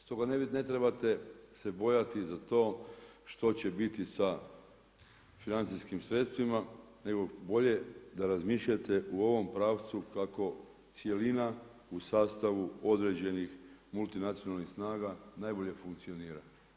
Stoga ne trebate se bojati za to što će biti sa financijskim sredstvima, nego bolje da razmišljate u ovom pravcu kako cjelina u sastavu određenih multinacionalnih snaga najbolje funkcionira.